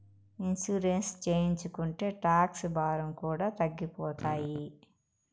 insurance చేయించుకుంటే tax భారం కూడా తగ్గిపోతాయి